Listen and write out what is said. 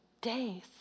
days